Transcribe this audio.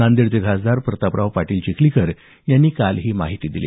नादेडचे खासदार प्रतापराव पाटील चिखलीकर यांनी काल ही माहिती दिली